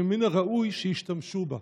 ומן הראוי שישתמשו בה.